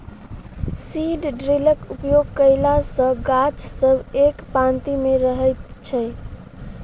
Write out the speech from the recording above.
seed ड्रिलक उपयोग कयला सॅ गाछ सब एक पाँती मे रहैत छै